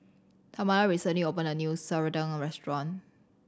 Tamala recently opened a new serunding restaurant